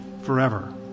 forever